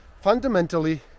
fundamentally